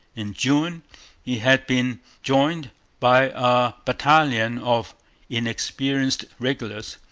in june he had been joined by a battalion of inexperienced regulars.